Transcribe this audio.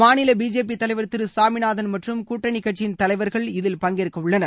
மாநில பிஜேபி தலைவர் திரு ராமிநாதன் மற்றும் கூட்டணி கட்சியின் தலைவர்கள் இதில் பங்கேற்க உள்ளனர்